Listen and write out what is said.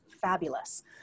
fabulous